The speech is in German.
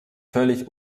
völlig